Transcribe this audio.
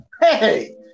Hey